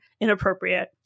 inappropriate